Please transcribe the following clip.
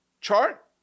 chart